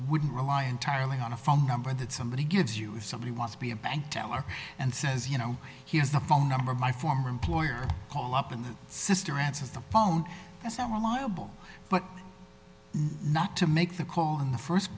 would rely entirely on a phone number that somebody gives you if somebody wants to be a bank teller and says you know he has the phone number of my former employer call up and the sister answers the phone but not to make the call in the first